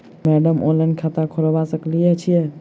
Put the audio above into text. Madam online खाता खोलबा सकलिये छीयै?